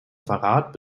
verrat